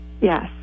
Yes